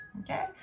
Okay